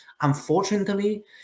Unfortunately